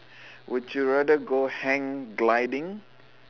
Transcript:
would you rather go hang gliding